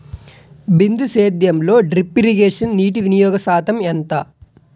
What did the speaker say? బిందు సేద్యంలో drip irrigation నీటివినియోగ శాతం ఎంత?